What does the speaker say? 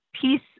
peace